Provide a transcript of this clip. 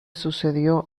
sucedió